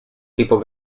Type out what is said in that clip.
tipo